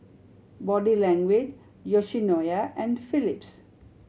Body Language Yoshinoya and Phillips